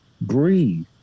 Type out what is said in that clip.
breathe